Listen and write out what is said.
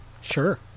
sure